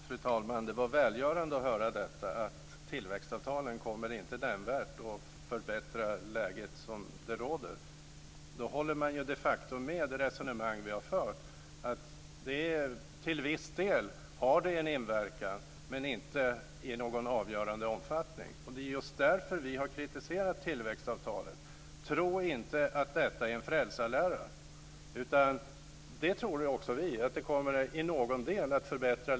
Fru talman! Det var välgörande att höra att tillväxtavtalen inte nämnvärt kommer att förbättra rådande läge. Då instämmer man de facto i det resonemang som vi har fört: att detta till viss del har en inverkan. Det är alltså inte fråga om någon avgörande omfattning. Det är just därför som vi har kritiserat tillväxtavtalen. Tro inte att detta är en frälsarlära! I någon del - det tror också vi - kommer läget att förbättras.